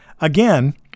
Again